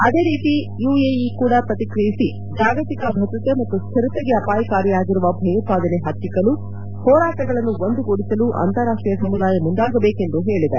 ಅದೇ ರೀತಿ ಯುಎಇ ಕೂಡ ಪ್ರಕ್ರಿಯಿಸಿ ಜಾಗತಿಕ ಭದ್ರತೆ ಮತ್ತು ಸ್ಟಿರತೆಗೆ ಅಪಾಯಕಾರಿಯಾಗಿರುವ ಭಯೋತ್ಪಾದನೆ ಹತ್ತಿಕ್ಕಲು ಹೋರಾಟಗಳನ್ನು ಒಂದುಗೂಡಿಸಲು ಅಂತಾರಾಷ್ಷೀಯ ಸಮುದಾಯ ಮುಂದಾಗಬೇಕು ಎಂದು ಹೇಳಿದೆ